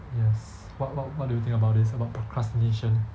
yes what what what do you think about this about procrastination